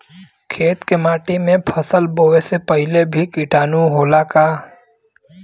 खेत के माटी मे फसल बोवे से पहिले भी किटाणु होला का?